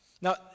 Now